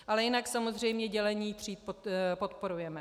Ale jinak samozřejmě dělení tříd podporujeme.